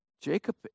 Jacob